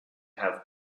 have